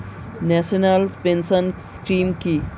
National pension scheme কি?